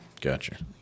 Gotcha